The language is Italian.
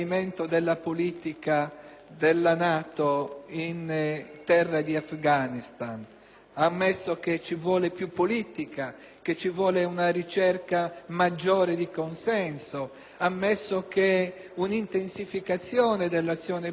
della NATO in terra di Afghanistan; ha ammesso che ci vuole più politica, che ci vuole una ricerca maggiore di consenso; ha ammesso che un'intensificazione dell'azione bellica non è ciò